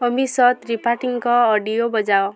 ଅମିଶ ତ୍ରିପାଠୀଙ୍କ ଅଡ଼ିଓ ବଜାଅ